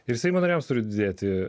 ir seimo nariams turi didėti